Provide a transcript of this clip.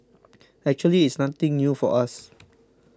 actually it's nothing new for us